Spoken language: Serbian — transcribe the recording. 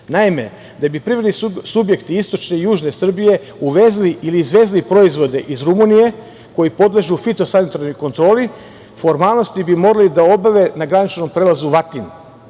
Naime, da bi privredni subjekti istočne i južne Srbije uvezli ili izvezli proizvode iz Rumunije koji podležu fitosanitarnoj kontroli, formalnosti bi morali da obave na graničnom prelazu Vatin,